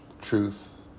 truth